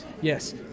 Yes